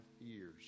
years